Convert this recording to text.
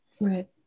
Right